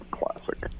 classic